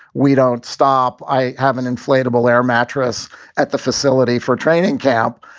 we don't stop. i have an inflatable air mattress at the facility for training camp.